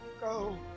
Go